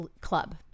club